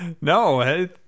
No